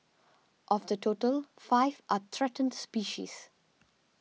of the total five are threatened species